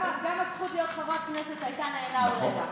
גם הזכות להיות חברת כנסת הייתה לעילא ולעילא.